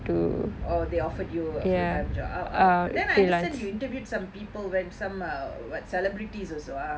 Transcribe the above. ah they offered you a full time job ah ah then I understand you interviewed some people when then some uh uh what celebrities also ah